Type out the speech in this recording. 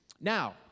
Now